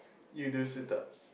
you do sit ups